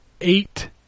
Eight